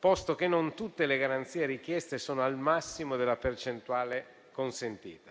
posto che non tutte le garanzie richieste sono al massimo della percentuale consentita.